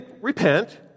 repent